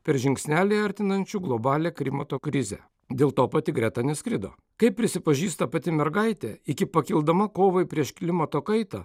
per žingsnelį artinančių globalią klimato krizę dėl to pati greta neskrido kaip prisipažįsta pati mergaitė iki pakildama kovai prieš klimato kaitą